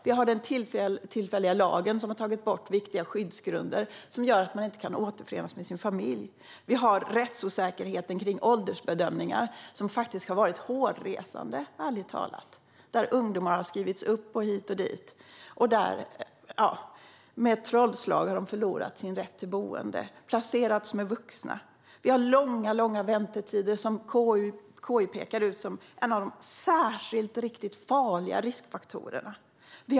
Vi har den tillfälliga lagstiftningen som har tagit bort viktiga skyddsgrunder och som gör att man inte kan återförenas med sin familj. Vi har rättsosäkerheten kring åldersbedömningar som ärligt talat har varit hårresande, där ungdomar har skrivits upp hit och dit. Som genom ett trollslag har de förlorat sin rätt till boende och placerats med vuxna. Vi har långa, långa väntetider, något som KI pekar ut som en av de särskilt riktigt farliga riskfaktorerna.